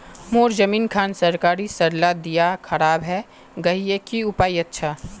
मोर जमीन खान सरकारी सरला दीया खराब है गहिये की उपाय अच्छा?